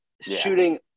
shooting